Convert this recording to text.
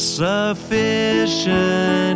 sufficient